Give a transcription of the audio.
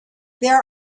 there